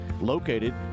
located